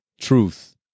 truth